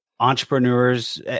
entrepreneurs